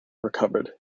recovered